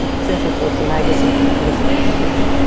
since it was a magazine and it looks like a magazine.